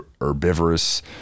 herbivorous